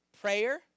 prayer